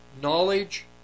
knowledge